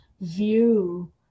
view